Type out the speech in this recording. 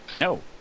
No